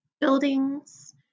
buildings